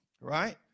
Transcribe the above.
right